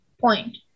point